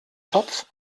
topf